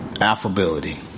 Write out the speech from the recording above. affability